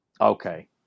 Okay